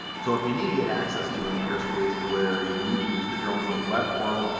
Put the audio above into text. so if you need to get access to an airspace where you need to use the dronezone web portal,